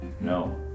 No